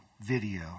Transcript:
video